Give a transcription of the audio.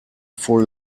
full